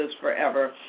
forever